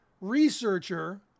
researcher